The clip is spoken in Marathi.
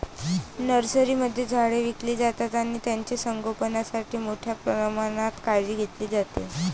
नर्सरीमध्ये झाडे विकली जातात आणि त्यांचे संगोपणासाठी मोठ्या प्रमाणात काळजी घेतली जाते